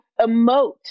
emote